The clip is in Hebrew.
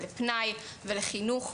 לפנאי ולחינוך,